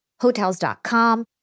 Hotels.com